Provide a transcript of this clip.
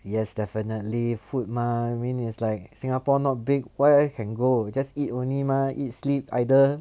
yes definitely food mah I mean is like singapore not big why can go just eat only mah eat sleep either